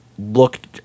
looked